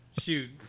Shoot